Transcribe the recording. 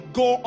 go